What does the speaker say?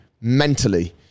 mentally